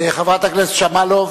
חברת הכנסת שמאלוב.